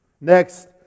Next